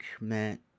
meant